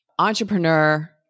entrepreneur